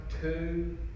two